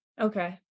Okay